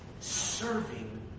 serving